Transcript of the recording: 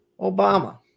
Obama